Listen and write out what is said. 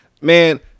Man